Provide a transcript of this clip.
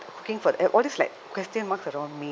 looking for all these like question mark around me